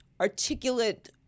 Articulate